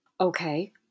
okay